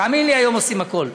דודי, תאמין לי, היום עושים הכול.